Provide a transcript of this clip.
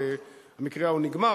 והמקרה ההוא נגמר.